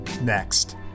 next